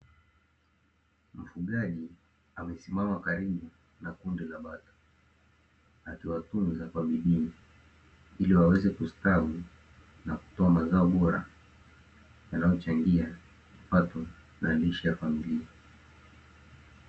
Mfugaji amesimama karibu na kundi la bata, akiwatunza kwa bidii ili waweze kustawi na kutoa mazao bora, yanayochangia kipato na lishe ya familia.